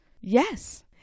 Yes